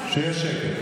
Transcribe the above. באמת, באיזו פלנטה?